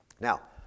Now